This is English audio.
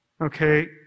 okay